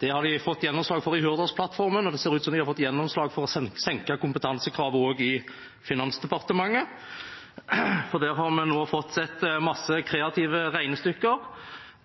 Det har de fått gjennomslag for i Hurdalsplattformen, og det ser ut som de har fått gjennomslag for å senke kompetansekravene i Finansdepartementet også, for der har vi nå fått sett masse kreative regnestykker